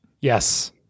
Yes